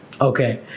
Okay